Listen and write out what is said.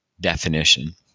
definition